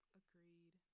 agreed